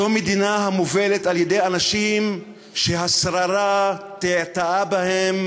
זאת מדינה המובלת על-ידי אנשים שהשררה תעתעה בהם